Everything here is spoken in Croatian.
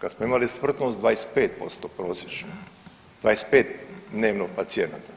Kad smo imali smrtnost 25% prosječno, 25 dnevno pacijenata